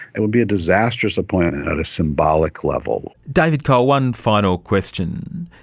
it would be a disastrous appointment on a symbolic level. david cole, one final question,